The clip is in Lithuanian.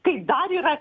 kai dar yra